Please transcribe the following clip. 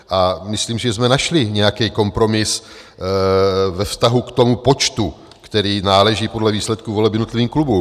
A myslím, že jsme našli nějaký kompromis ve vztahu k tomu počtu, který náleží podle výsledku voleb jednotlivým klubům.